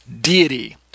deity